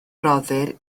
rhoddir